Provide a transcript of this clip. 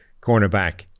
cornerback